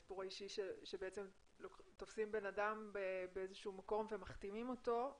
הסיפור האישי שבעצם תופסים בן אדם באיזשהו מקום ומחתימים אותו,